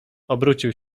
obrócił